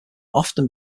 often